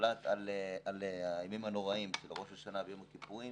שהוחלט על הימים הנוראים של ראש השנה ויום הכיפורים.